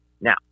Now